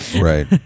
Right